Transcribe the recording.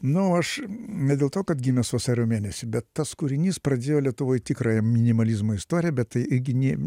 na o aš ne dėl to kad gimęs vasario mėnesį bet tas kūrinys pradėjo lietuvoj tikrąją minimalizmo istoriją bet tai irgi nėr